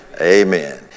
Amen